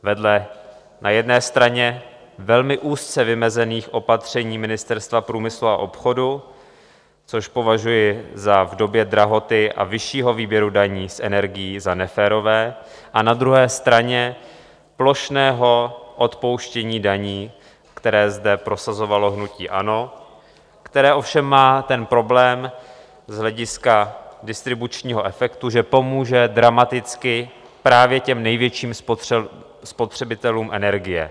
Vedle na jedné straně velmi úzce vymezených opatření Ministerstva průmyslu a obchodu, což považuji v době drahoty a vyššího výběru daní z energií za neférové, a na druhé straně plošného odpouštění daní, které zde prosazovalo hnutí ANO, které ovšem má ten problém z hlediska distribučního efektu, že pomůže dramaticky právě těm největším spotřebitelům energie.